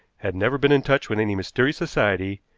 had never been in touch with any mysterious society,